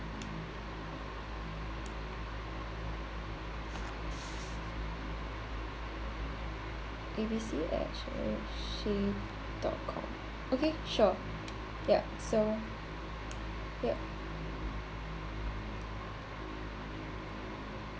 abc at shea dot com okay sure yup so yup